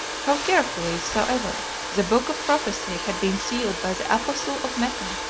how carefully soever the book of prophecy had been sealed by the apostle of mecca,